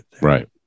right